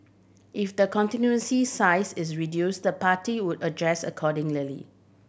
if the constituency's size is reduced the party would adjust accordingly